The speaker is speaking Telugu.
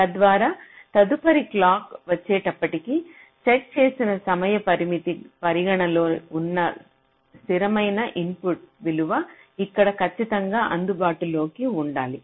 తద్వారా తదుపరి క్లాక్ వచ్చేటప్పటికీ సెట్ చేసిన సమయ పరిమితి పరిగణనలో ఉన్న స్థిరమైన ఇన్పుట్ విలువ ఇక్కడ ఖచ్చితంగా అందుబాటులో ఉండాలి